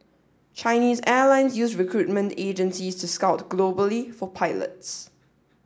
Chinese airline use recruitment agencies to scout globally for pilots